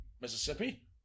Mississippi